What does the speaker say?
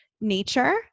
Nature